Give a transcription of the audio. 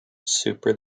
super